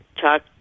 talk